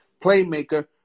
playmaker